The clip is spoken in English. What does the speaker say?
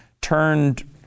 turned